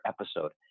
episode